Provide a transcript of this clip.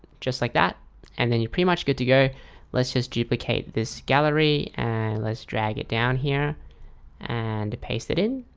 just like that and then you're pretty much good to go let's just duplicate this gallery and let's drag it down here and paste it in